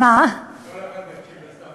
כל אחד יקשיב לסבתא,